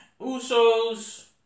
Usos